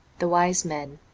the wise men